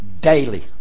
daily